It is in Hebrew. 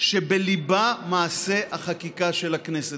שבליבה מעשה החקיקה של הכנסת.